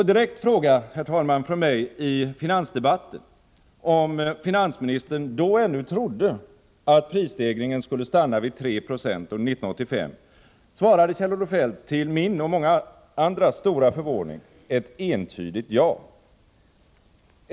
På direkt fråga från mig i finansdebatten om finansministern då ännu trodde att prisstegringen skulle stanna vid 3 90 under 1985, svarade Kjell-Olof Feldt till min och många andras stora förvåning ett entydigt ja.